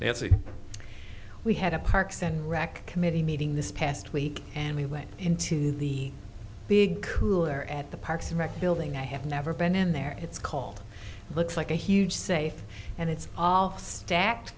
thats it we had a parks and rec committee meeting this past week and we went into the big cooler at the parks and rec building i have never been in there it's called looks like a huge safe and it's all stacked